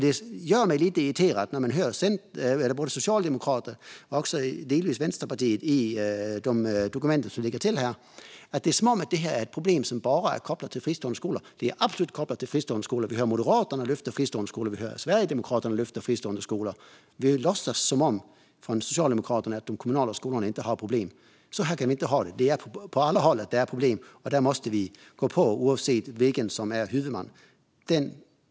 Det gör mig lite irriterad att höra socialdemokrater och delvis också vänsterpartister tala om de dokument som ligger till grund här som om det här är problem som är kopplade enbart till fristående skolor. De är absolut kopplade till fristående skolor. Vi hör Moderaterna lyfta fram fristående skolor. Vi hör Sverigedemokraterna lyfta fram fristående skolor. Men Socialdemokraterna låtsas som om de kommunala skolorna inte har problem. Så här kan vi inte ha det. Det är problem på alla håll, och dem måste vi gå på oavsett vem som är huvudman.